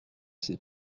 ces